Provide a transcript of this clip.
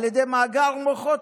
על ידי "מאגר מוחות",